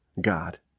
God